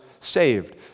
saved